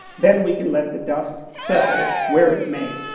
then we can let the dust settle where it may.